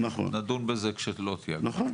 ותדונו בזה כשלא תהיה הגנה קבוצתית?